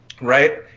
Right